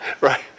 right